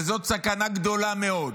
וזאת סכנה גדולה מאוד.